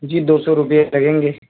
جی دو سو روپئے لگیں گے